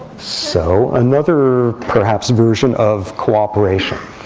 so another, perhaps, version of cooperation.